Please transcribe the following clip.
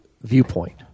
viewpoint